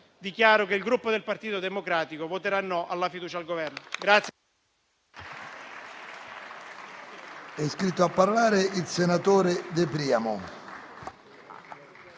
dichiaro che il Gruppo Partito Democratico voterà no alla fiducia al Governo.